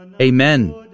Amen